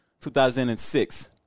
2006